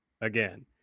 again